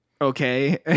okay